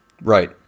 Right